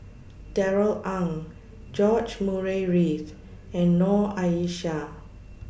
Darrell Ang George Murray Reith and Noor Aishah